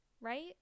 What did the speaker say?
right